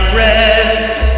rest